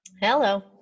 Hello